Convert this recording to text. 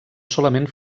solament